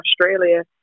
Australia